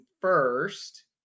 first